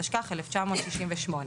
התשכ"ח 1968."